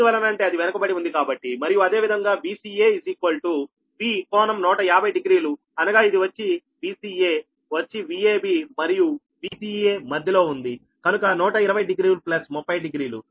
ఎందువలన అంటే అది వెనుకబడి ఉంది కాబట్టి మరియు అదే విధముగా Vca V∟150 డిగ్రీలు అనగా ఇది వచ్చి Vca వచ్చి Vab మరియు Vca మధ్యలో ఉంది కనుక 1200 300